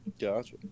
Gotcha